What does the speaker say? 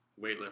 weightlifting